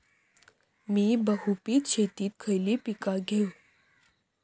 मी बहुपिक शेतीत खयली पीका घेव?